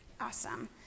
Awesome